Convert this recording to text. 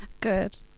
Good